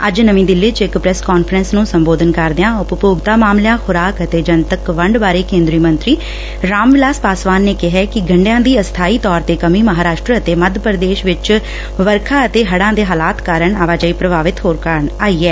ਅੱਜ ਨਵੀਂ ਦਿੱਲੀ ਚ ਇਕ ਪ੍ਰੈਸ ਕਾਨਫਰੰਸ ਨੂੰ ਸੰਬੋਧਨ ਕਰਦਿਆਂ ਉਪਭੋਗਤਾ ਮਾਮਲਿਆਂ ਖੁਰਾਕ ਅਤੇ ਜਨਤਕ ਵੰਡ ਬਾਰੇ ਕੇਂਦਰੀ ਮੰਤਰੀ ਰਾਮ ਵਿਲਾਸ ਪਾਸਵਾਨ ਨੇ ਕਿਹੈ ਕਿ ਗੰਡਿਆਂ ਦੀ ਅਸਥਾਈ ਤੌਰ ਤੇ ਕਮੀ ਮਹਾਂਰਾਸ਼ਟਰ ਅਤੇ ਮੱਧ ਪ੍ਦੇਸ਼ ਵਿਚ ਵਰਖਾ ਅਤੇ ਹੜਾਂ ਦੇ ਹਾਲਾਤ ਕਾਰਨ ਆਵਾਜਾਈ ਪ੍ਭਾਵਿਤ ਹੋਣ ਕਾਰਨ ਆਈ ਐ